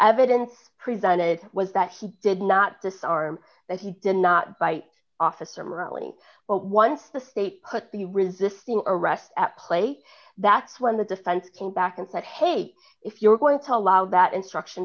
evidence presented was that he did not disarm that he did not bite officer morality but once the state put the resisting arrest at play that's when the defense came back and said hey if you're going to allow that instruction